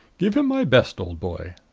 give him my best, old boy!